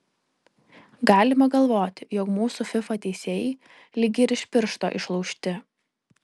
galima galvoti jog mūsų fifa teisėjai lyg ir iš piršto išlaužti